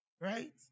Right